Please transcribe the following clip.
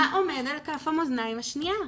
מה עומד על כף המאזניים השניה?